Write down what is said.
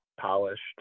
polished